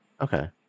Okay